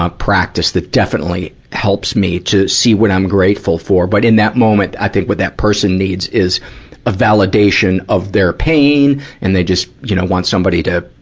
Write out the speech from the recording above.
ah practice that definitely helps me to see what i'm grateful for. but in that moment, i think what that person needs is a validation of their pain, and they just, you know, want somebody to,